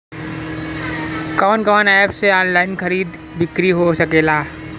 कवन कवन एप से ऑनलाइन खरीद बिक्री हो सकेला?